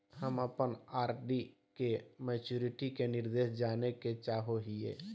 हम अप्पन आर.डी के मैचुरीटी के निर्देश जाने के चाहो हिअइ